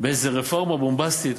באיזו רפורמה בומבסטית.